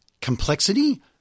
Complexity